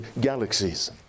galaxies